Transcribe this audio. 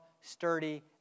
sturdy